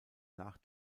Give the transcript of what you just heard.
nach